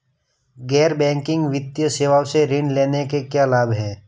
गैर बैंकिंग वित्तीय सेवाओं से ऋण लेने के क्या लाभ हैं?